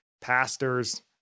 pastors